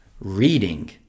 reading